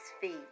feet